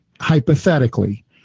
hypothetically